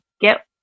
get